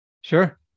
Sure